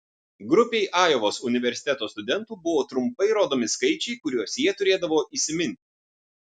grupei ajovos universiteto studentų buvo trumpai rodomi skaičiai kuriuos jie turėdavo įsiminti